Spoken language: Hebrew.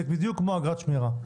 זה בדיוק כמו אגרת שמירה.